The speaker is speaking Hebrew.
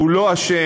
שהוא לא אשם,